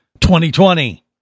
2020